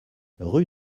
rue